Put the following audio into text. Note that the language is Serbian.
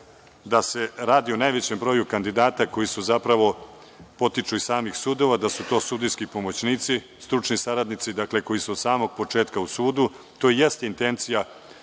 da se radi o najvećem broju kandidata koji zapravo potiču iz samih sudova, da su to sudijski pomoćnici, stručni saradnici koji su od samog početka u sudu. To jeste intencija